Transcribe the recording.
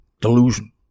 delusion